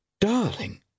Darling